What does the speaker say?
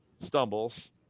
stumbles